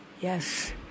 Yes